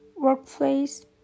workplace